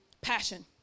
Passion